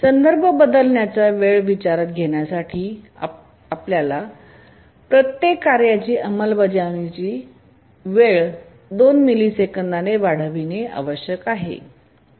संदर्भ बदलण्याचा वेळ विचारात घेण्यासाठी आम्हाला प्रत्येक कार्याची अंमलबजावणी वेळ 2 मिलिसेकंदने वाढविणे आवश्यक आहे